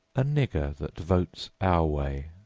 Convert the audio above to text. a nigger that votes our way.